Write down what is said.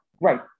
Right